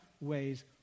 ways